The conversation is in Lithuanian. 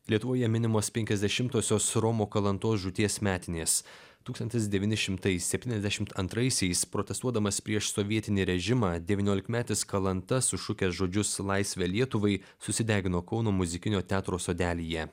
lietuvoje minimos penkiasdešimtosios romo kalantos žūties metinės tūktstantis devyni šimtai septyniasdešimt antraisiais protestuodamas prieš sovietinį režimą devyniolikmetis kalanta sušukęs žodžius laisvę lietuvai susidegino kauno muzikinio teatro sodelyje